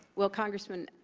well, congressman,